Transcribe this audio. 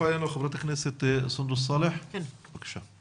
הצטרפה אלינו חברת הכנסת סונדוס סאלח, בבקשה.